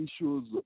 issues